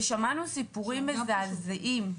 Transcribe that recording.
ושמענו סיפורים מזעזעים.